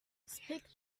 speak